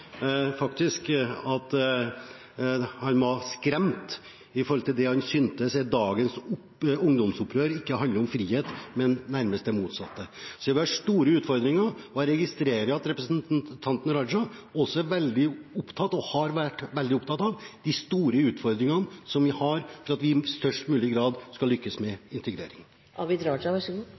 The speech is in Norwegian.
at han var skremt over at han syntes at dagens ungdomsopprør ikke handler om frihet, men nærmest det motsatte. Vi har store utfordringer, og jeg registrerer at representanten Raja også er veldig opptatt av – og har vært veldig opptatt av – de store utfordringene som vi har for at vi i størst mulig grad skal lykkes med